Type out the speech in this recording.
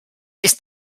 ist